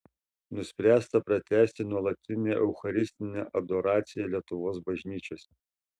nuspręsta pratęsti nuolatinę eucharistinę adoraciją lietuvos bažnyčiose